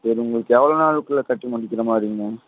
சரி உங்களுக்கு எவ்வளோ நாளுக்குள்ளே கட்டி முடிக்கிற மாதிரிங்ண்ணா